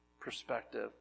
perspective